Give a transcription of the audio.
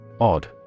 Odd